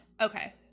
okay